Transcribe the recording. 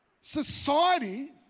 society